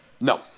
No